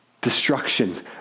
destruction